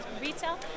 retail